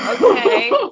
Okay